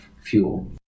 fuel